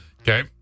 Okay